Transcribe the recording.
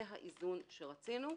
זה האיזון שרצינו.